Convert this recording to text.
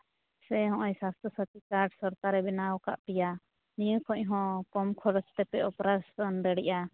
ᱥᱮ ᱦᱚᱸᱜᱼᱚᱭ ᱥᱟᱥᱛᱷᱚ ᱥᱟᱛᱷᱤ ᱠᱟᱨᱰ ᱥᱚᱨᱠᱟᱨᱮ ᱵᱮᱱᱟᱣ ᱠᱟᱜ ᱯᱮᱭᱟ ᱱᱤᱭᱟᱹ ᱠᱷᱚᱱ ᱦᱚᱸ ᱠᱚᱢ ᱠᱷᱚᱨᱚᱪ ᱛᱮᱯᱮ ᱚᱯᱟᱨᱮᱥᱚᱱ ᱫᱟᱲᱮᱭᱟᱜᱼᱟ